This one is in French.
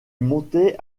montait